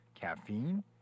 Caffeine